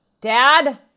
Dad